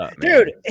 dude